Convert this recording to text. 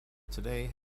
today